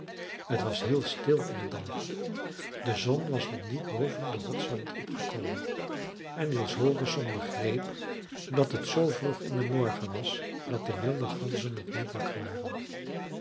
t was heel stil in het dal de zon was nog niet boven den rotswand opgekomen en niels holgersson begreep dat het zoo vroeg in den morgen was dat de wilde ganzen nog niet wakker waren